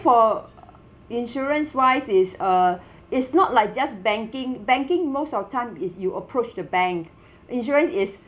for insurance wise is uh it's not like just banking banking most of the time is you approach the bank insurance is